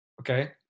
Okay